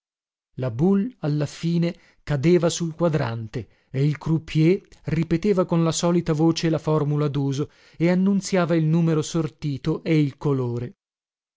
la boule alla fine cadeva sul quadrante e il croupier ripeteva con la solita voce la formula duso e annunziava il numero sortito e il colore